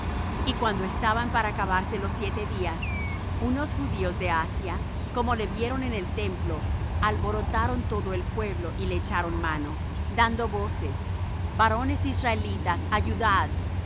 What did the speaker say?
y cuando estaban para acabarse los siete días unos judíos de asia como le vieron en el templo alborotaron todo el pueblo y le echaron mano dando voces varones israelitas ayudad